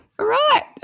right